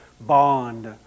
Bond